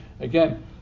again